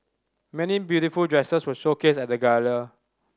many beautiful dresses were showcased at the gala